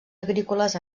agrícoles